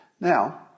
Now